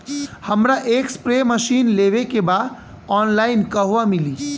हमरा एक spray machine लेवे के बा ऑनलाइन कहवा मिली?